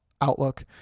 Outlook